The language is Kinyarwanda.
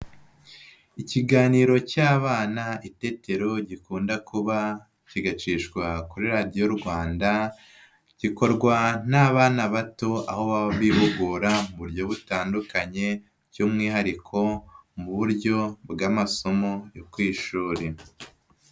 Ikiganiro cy'abana itetero gikunda kuba, kigacishwa kuri Radiyo Rwanda, gikorwa n'abana bato aho baba bihugura mu buryo butandukanye by'umwihariko mu buryo bw'amasomo yo ku ishuri.